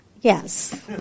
Yes